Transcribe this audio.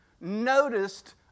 noticed